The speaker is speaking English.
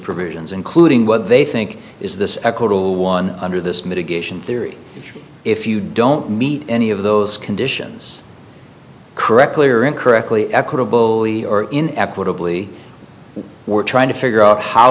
provisions including what they think is this a total one under this mitigation theory if you don't meet any of those conditions correctly or incorrectly equitable or in equitably we're trying to figure out how